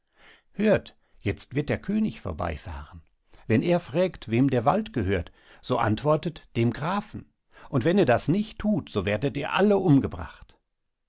hört jetzt wird der könig vorbeifahren wenn er frägt wem der wald gehört so antwortet dem grafen und wenn ihr das nicht thut so werdet ihr alle umgebracht